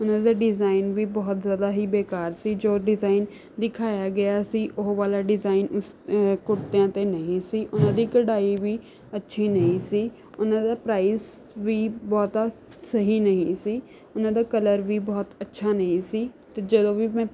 ਉਹਨਾਂ ਦਾ ਡਿਜ਼ਾਇਨ ਵੀ ਬਹੁਤ ਜ਼ਿਆਦਾ ਹੀ ਬੇਕਾਰ ਸੀ ਜੋ ਡਿਜ਼ਾਇਨ ਦਿਖਾਇਆ ਗਿਆ ਸੀ ਉਹ ਵਾਲਾ ਡਿਜ਼ਾਇਨ ਉਸ ਕੁੜਤਿਆਂ 'ਤੇ ਨਹੀਂ ਸੀ ਅਤੇ ਉਹਨਾਂ ਦੀ ਕਢਾਈ ਵੀ ਅੱਛੀ ਨਹੀਂ ਸੀ ਉਨ੍ਹਾਂ ਦਾ ਪਰਾਇਜ਼ ਵੀ ਬਹੁਤਾ ਸਹੀ ਨਹੀਂ ਸੀ ਉਹਨਾਂ ਦਾ ਕਲਰ ਵੀ ਬਹੁਤ ਅੱਛਾ ਨਹੀਂ ਸੀ ਅਤੇ ਜਦੋਂ ਵੀ ਮੈਂ